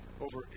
over